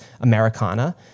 Americana